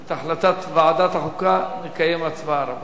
את החלטת ועדת החוקה, נקיים הצבעה, רבותי.